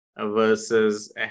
versus